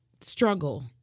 struggle